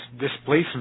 displacement